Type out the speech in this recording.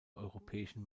europäischen